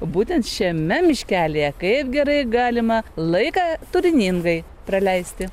būtent šiame miškelyje kaip gerai galima laiką turiningai praleisti